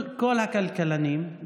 כל הכלכלנים,